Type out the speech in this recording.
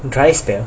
dry spell